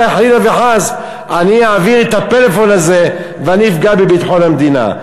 חלילה וחס אני אעביר את הפלאפון הזה ואני אפגע בביטחון המדינה.